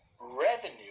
revenue